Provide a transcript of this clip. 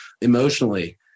emotionally